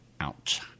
out